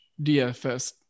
DFS